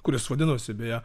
kuris vadinosi beje